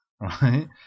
Right